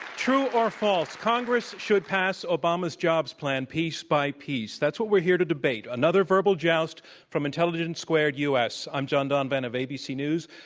true or false, congress should pass obama's jobs plan piece by piece? that's what we're here to debate, another verbal joust from intelligence squared u. s. i'm john donvan of abc news.